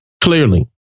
Clearly